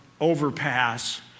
overpass